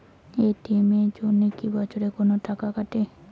ATM এর জন্যে কি বছরে কোনো টাকা কাটে?